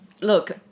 Look